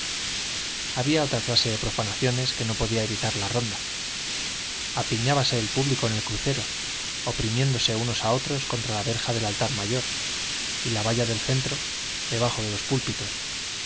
había otra clase de profanaciones que no podía evitar la ronda apiñábase el público en el crucero oprimiéndose unos a otros contra la verja del altar mayor y la valla del centro debajo de los púlpitos